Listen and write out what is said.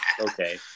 okay